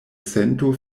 sento